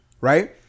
right